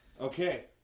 Okay